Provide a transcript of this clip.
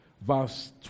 verse